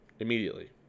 Immediately